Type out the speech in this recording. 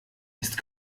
ist